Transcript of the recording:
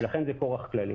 ולכן זה כורח כללי.